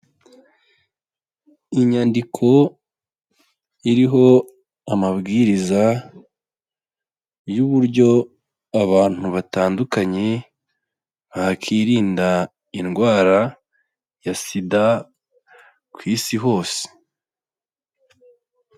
Inyandiko iriho amabwiriza y' uburyo abantu batandukanye bakirinda indwara ya sida ku isi hose.